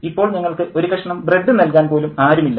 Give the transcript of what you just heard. ഇപ്പോൾ ഞങ്ങൾക്ക് ഒരു കഷ്ണം ബ്രെഡ് നൽകാൻ പോലും ആരുമില്ല